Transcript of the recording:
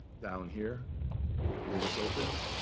down here where this opens,